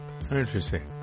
Interesting